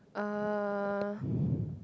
uh